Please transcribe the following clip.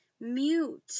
mute